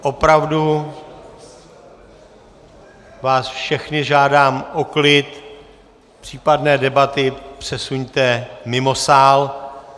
Opravdu vás všechny žádám o klid, případné debaty přesuňte mimo sál.